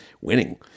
winning